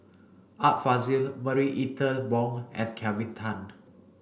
Art Fazil Marie Ethel Bong and Kelvin Tan